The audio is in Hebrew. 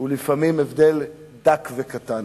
הוא הבדל דק וקטן.